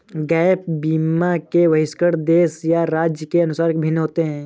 gap बीमा के बहिष्करण देश या राज्य के अनुसार भिन्न होते हैं